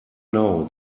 know